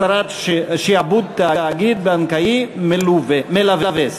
הסרת שעבוד תאגיד בנקאי מלווה),